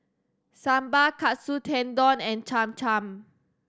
Sambar Katsu Tendon and Cham Cham